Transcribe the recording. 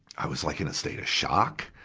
i was like in a state of shock.